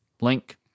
link